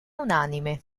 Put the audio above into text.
unanime